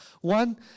One